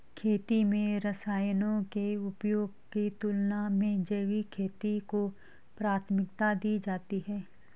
खेती में रसायनों के उपयोग की तुलना में जैविक खेती को प्राथमिकता दी जाती है